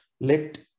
let